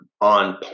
on